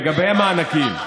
לגבי המענקים,